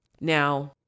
Now